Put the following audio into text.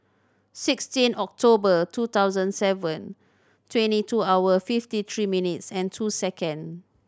sixteen October two thousand seven twenty two hour fifty three minutes and two second